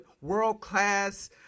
world-class